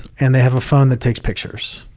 and they have a phone that takes pictures.